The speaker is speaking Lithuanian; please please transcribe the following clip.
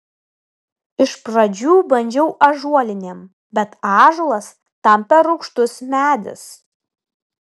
iš pradžių bandžiau ąžuolinėm bet ąžuolas tam per rūgštus medis